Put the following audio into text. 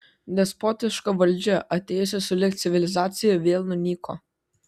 despotiška valdžia atėjusi sulig civilizacija vėl nunyko